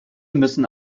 müssen